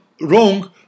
wrong